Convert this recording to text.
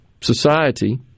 society